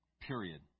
Period